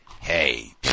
hey